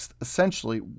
essentially